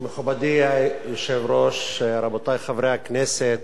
מכובדי היושב-ראש, רבותי חברי הכנסת,